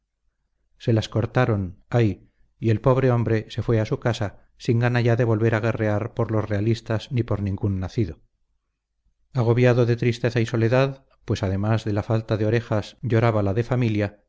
se las cortaron ay y el pobre hombre se fue a su casa sin gana ya de volver a guerrear por los realistas ni por ningún nacido agobiado de tristeza y soledad pues además de la falta de orejas lloraba la de familia